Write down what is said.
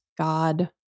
God